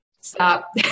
stop